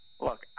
Look